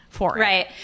Right